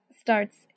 starts